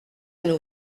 nous